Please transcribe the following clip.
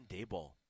Dayball